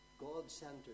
God-centered